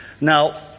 Now